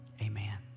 amen